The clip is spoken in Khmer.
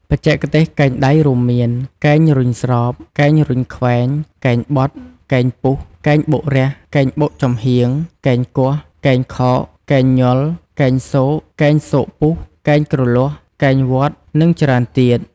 បច្ចេកទេសកែងដៃរួមមាន កែងរុញស្រប កែងរុញខ្វែង កែងបត់ កែងពុះ កែងបុករះ កែងបុកចំហៀង កែងគាស់ កែងខោក កែងញុល កែងស៊ក កែងស៊កពុះ កែងគ្រលាស់ កែងវាត់ និងច្រើនទៀត។